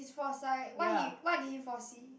he was like what he what did he foresee